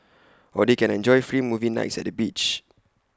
or they can enjoy free movie nights at the beach